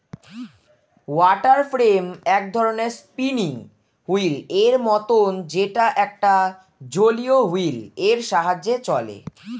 water frame এক ধরণের spinning wheel এর মতন যেটা একটা জলীয় হুইল এর সাহায্যে চলে